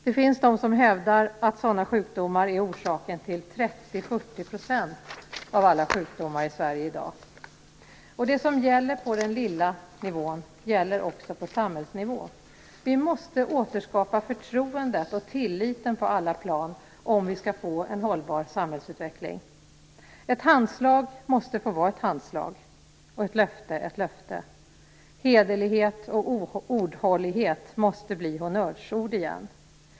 Det finns de som hävdar att sådana sjukdomar är grunden till 30-40 % av alla sjukdomar i Sverige i dag. Det som gäller på den lilla nivån gäller också på samhällsnivån. Vi måste återskapa förtroendet och tilliten på alla plan om vi skall få en hållbar samhällsutveckling. Ett handslag måste få vara ett handslag och ett löfte ett löfte. Hederlighet och ordhållighet måste bli honnörsord igen.